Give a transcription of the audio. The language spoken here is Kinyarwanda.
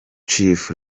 chef